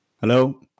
Hello